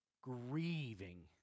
grieving